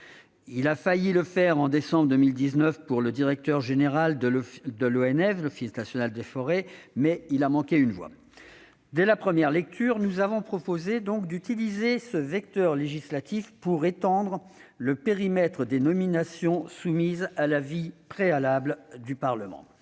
Il a failli le faire en décembre 2019 pour le directeur général de l'Office national des forêts (ONF), à une voix près. Dès la première lecture, nous avons proposé d'utiliser ce vecteur législatif pour étendre le périmètre des nominations soumises à l'avis préalable du Parlement.